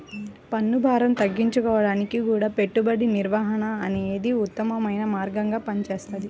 పన్నుభారం తగ్గించుకోడానికి గూడా పెట్టుబడి నిర్వహణ అనేదే ఉత్తమమైన మార్గంగా పనిచేస్తది